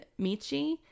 Michi